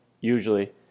usually